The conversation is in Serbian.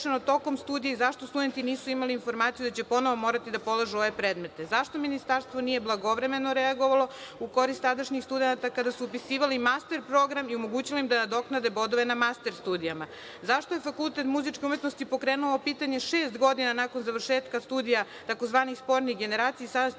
ovo nije rešeno tokom studija i zašto studenti nisu imali informaciju da će ponovo morati da polažu ove predmete? Zašto Ministarstvo nije blagovremeno reagovalo u korist tadašnjih studenata kada su upisivali master program i omogućili im da nadoknade bodove na master studijama? Zašto je Fakultet muzičke umetnosti pokrenuo ovo pitanje šest godina nakon završetka studija, tzv. spornih generacija, i sada